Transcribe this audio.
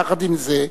יחד עם זה,